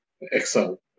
excel